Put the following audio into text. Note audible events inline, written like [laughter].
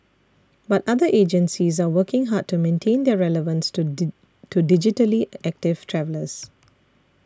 but other agencies are working hard to maintain their relevance to [unintelligible] to digitally active travellers